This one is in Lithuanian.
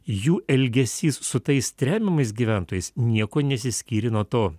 jų elgesys su tais tremiamais gyventojais niekuo nesiskyrė nuo to